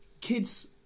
Kids